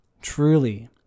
truly